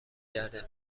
کرده